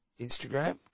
Instagram